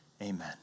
Amen